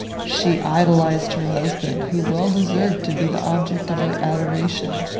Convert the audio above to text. she idolized her husband, who well deserved to be the object of her adoration.